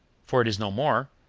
for it is no more,